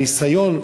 הניסיון,